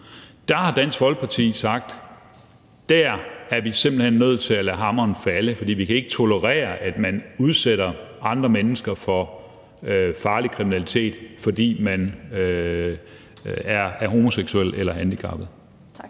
Der har Dansk Folkeparti sagt, at der er vi simpelt hen nødt til at lade hammeren falde, for vi kan ikke tolerere, at man udsætter andre mennesker for farlig kriminalitet, fordi de er homoseksuelle eller handicappede. Kl.